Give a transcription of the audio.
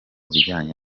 bijanye